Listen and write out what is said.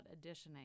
additioning